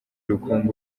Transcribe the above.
rukumbi